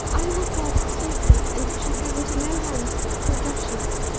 i will guard it safely, and it shall go into no hands but clodoche's.